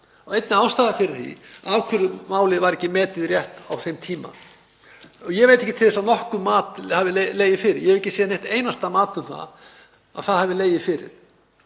og einnig ástæða þess hvers vegna málið var ekki metið rétt á þeim tíma. Ég veit ekki til þess að nokkurt mat hafi legið fyrir. Ég hef ekki séð eitt einasta mat um að það hafi legið fyrir.